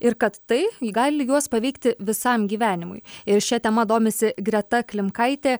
ir kad tai gali juos paveikti visam gyvenimui ir šia tema domisi greta klimkaitė